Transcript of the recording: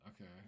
Okay